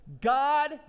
God